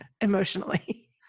emotionally